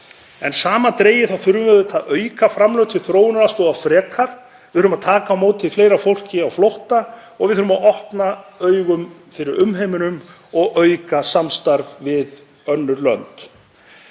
Samandregið þá þurfum við að auka framlög til þróunaraðstoðar frekar. Við þurfum að taka á móti fleira fólki á flótta og við þurfum að opna augun fyrir umheiminum og auka samstarf við önnur lönd.